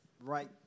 right